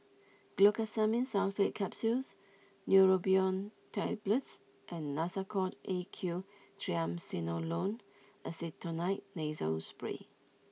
Glucosamine Sulfate Capsules Neurobion Tablets and Nasacort A Q Triamcinolone Acetonide Nasal Spray